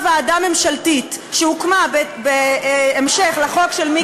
ועדה ממשלתית שהוקמה בהמשך לחוק של מיקי זוהר,